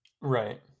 right